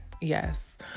Yes